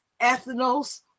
ethnos